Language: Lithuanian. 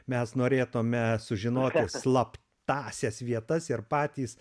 mes norėtume žinoti slaptąsiais vietas ir patys